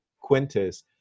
Quintus